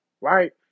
right